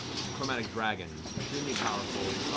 chromatic dragons, extremely powerful,